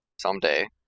someday